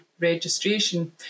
registration